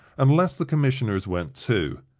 unless the commissioners went too.